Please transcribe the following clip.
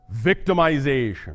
victimization